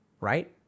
Right